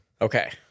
Okay